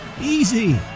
Easy